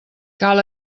cal